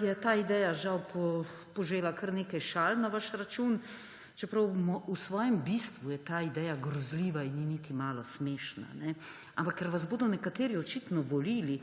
je ta ideja žal požela kar nekaj šal na vaš račun, čeprav v svojem bistvu je ta ideja grozljiva in ni niti malo smešna. Ampak ker vas bodo nekateri očitno volili,